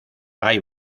hay